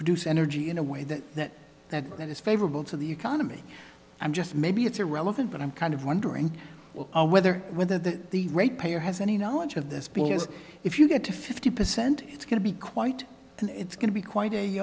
produce energy in a way that that that that is favorable to the economy i'm just maybe it's irrelevant but i'm kind of wondering whether whether that the rate payer has any knowledge of this because if you get to fifty percent it's going to be quite and it's going to be quite a